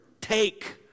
take